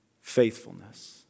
faithfulness